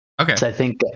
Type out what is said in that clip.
Okay